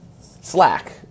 Slack